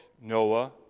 Noah